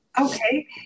Okay